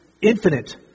infinite